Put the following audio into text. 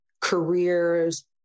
careers